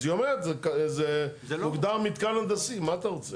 אז היא אומרת זה הוגדר מתקן הנדסי, מה אתה רוצה?